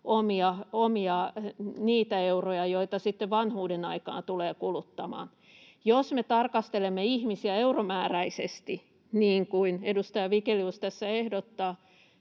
omia euroja, joita sitten vanhuuden aikana tulee kuluttamaan. Jos me tarkastelemme ihmisiä euromääräisesti, niin kuin edustaja Vigelius tässä ehdottaa,